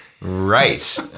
Right